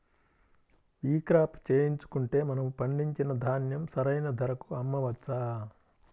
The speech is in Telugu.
ఈ క్రాప చేయించుకుంటే మనము పండించిన ధాన్యం సరైన ధరకు అమ్మవచ్చా?